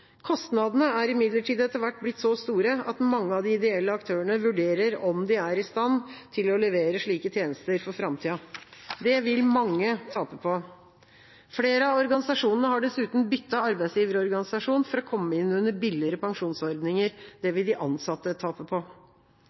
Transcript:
Kostnadene er imidlertid etter hvert blitt så store at mange av de ideelle aktørene vurderer om de er i stand til å levere slike tjenester for framtida. Det vil mange tape på. Flere av organisasjonene har dessuten byttet arbeidsgiverorganisasjon for å komme inn under billigere pensjonsordninger. Det vil de ansatte tape på.